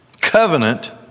covenant